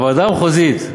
הוועדה המחוזית,